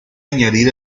añadir